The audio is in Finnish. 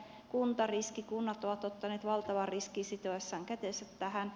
kunnat ovat ottaneet valtavan riskin sitoessaan kätensä tähän